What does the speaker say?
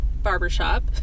barbershop